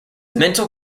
mental